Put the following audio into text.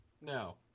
No